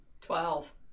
Twelve